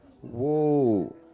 whoa